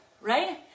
right